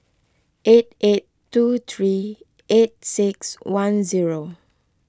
eight eight two three eight six one zero